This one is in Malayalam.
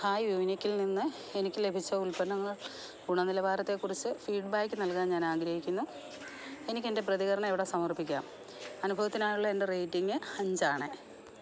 ഹായ് വൂനിക്കിൽ നിന്ന് എനിക്ക് ലഭിച്ച ഉൽപ്പന്നങ്ങൾ ഗുണനിലവാരത്തെക്കുറിച്ച് ഫീഡ്ബാക്ക് നൽകാൻ ഞാൻ ആഗ്രഹിക്കുന്നു എനിക്ക് എൻ്റെ പ്രതികരണം എവിടെ സമർപ്പിക്കാം അനുഭവത്തിനായുള്ള എൻ്റെ റേറ്റിംഗ് അഞ്ചാണ്